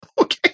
Okay